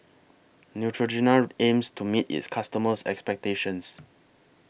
Neutrogena aims to meet its customers' expectations